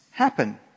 happen